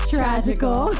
Tragical